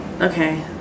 Okay